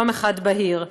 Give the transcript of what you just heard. יום בהיר אחד.